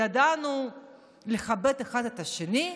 ידענו לכבד אחד את השני,